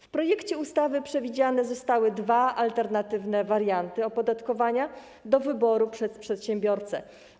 W projekcie ustawy przewidziane zostały dwa alternatywne warianty opodatkowania do wyboru przez przedsiębiorcę.